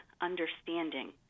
understanding